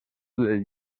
del